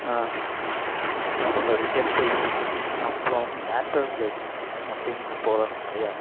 என்ன சொல்கிறது டெம்பிள் அப்பறம் நேச்சுரல் ப்ளேஸ் அப்படினு போகணும் நிறையா ஆசை